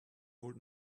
old